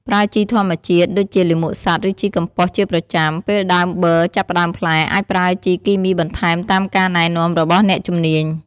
ប្រើជីធម្មជាតិដូចជាលាមកសត្វឬជីកំប៉ុស្តជាប្រចាំ ពេលដើមបឺរចាប់ផ្ដើមផ្លែ អាចប្រើជីគីមីបន្ថែមតាមការណែនាំរបស់អ្នកជំនាញ។